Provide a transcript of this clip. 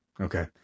Okay